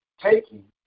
taking